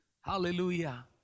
Hallelujah